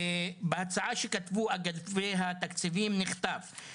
*****************בהצעה שכתבו אגפי התקציבים נכתב כך: